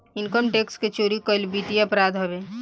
income tax के चोरी कईल वित्तीय अपराध हवे